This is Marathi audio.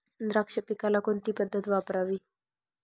द्राक्ष पिकाला कोणती पद्धत वापरावी?